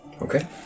Okay